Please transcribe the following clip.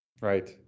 Right